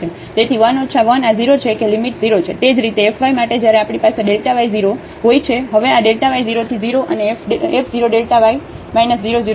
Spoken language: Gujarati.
તેથી 1 ઓછા 1 આ 0 છે કે લિમિટ 0 છે તે જ રીતે f y માટે જ્યારે આપણી પાસે Δ y 0 હોય છે હવે આ Δ y 0 થી 0 અને f 0 Δ y 0 0 છે